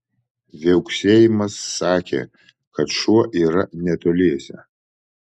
viauksėjimas sakė kad šuo yra netoliese